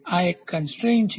આ એક કન્સ્ટ્રેઇન છે